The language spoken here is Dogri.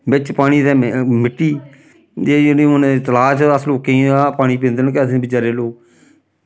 बिच्च पानी दे में मिट्टी ते जे यानि हून तलाऽ च अस लोक केईं ज'गां पानी पींदे न केह् आखदे नी बचैरे लोग